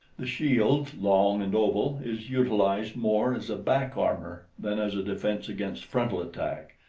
the shield, long and oval, is utilized more as back-armor than as a defense against frontal attack,